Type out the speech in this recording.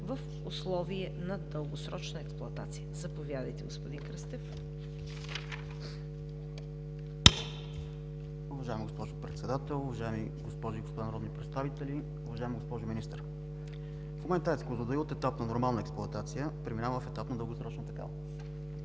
в условия на дългосрочна експлоатация. Заповядайте, господин Кръстев. КРАСЕН КРЪСТЕВ (ГЕРБ): Уважаема госпожо Председател, уважаеми госпожи и господа народни представители, уважаема госпожо Министър! В момента АЕЦ „Козлодуй“ от етап на нормална експлоатация преминава в етап на дългосрочна такава.